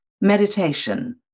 meditation